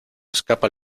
escapa